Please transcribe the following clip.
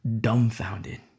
dumbfounded